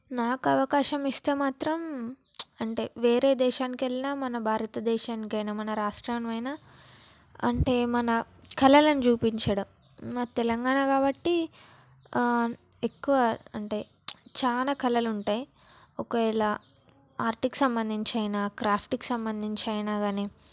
నాకు అవకాశం ఇస్తే మాత్రం అంటే వేరే దేశానికి వెళ్ళినా మన బారత దేశానికైనా మన రాష్ట్రమైనా అంటే మన కళలను చూపించడం మాది తెలంగాణ కాబట్టి ఎక్కువ అంటే చాలా కళలు ఉంటాయి ఒకవేళ ఆర్ట్కి సంబంధించి అయినా అయినా క్రాఫ్ట్కి సంబంధించి అయినా కానీ